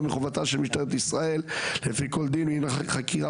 מחובתה של משטרת ישראל לפי כל דין בעניין חקירה